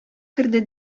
керде